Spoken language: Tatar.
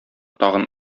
тагын